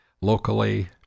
locally